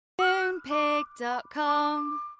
Moonpig.com